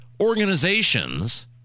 organizations